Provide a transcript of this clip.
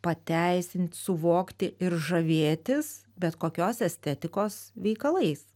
pateisint suvokti ir žavėtis bet kokios estetikos veikalais